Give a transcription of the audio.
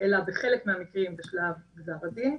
אלא בחלק מהקרים בשלב גזר הדין.